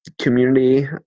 community